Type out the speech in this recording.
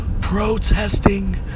protesting